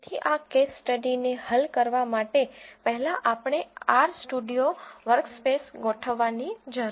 તેથી આ કેસ સ્ટડીને હલ કરવા માટે પહેલા આપણે R સ્ટુડિયો વર્ક સ્પેસ ગોઠવવાની જરૂર છે